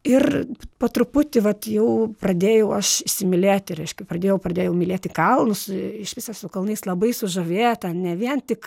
ir po truputį vat jau pradėjau aš įsimylėti reiškia pradėjau pradėjau mylėti kalnus išvis esu kalnais labai sužavėta ne vien tik